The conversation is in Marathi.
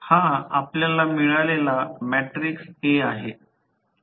हा आपल्याला मिळालेला मॅट्रिक्स A आहे